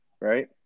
right